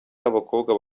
n’abakobwa